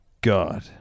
God